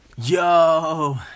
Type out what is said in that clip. Yo